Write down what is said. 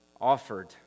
offered